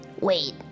Wait